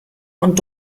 und